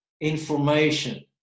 information